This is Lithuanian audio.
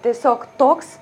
tiesiog toks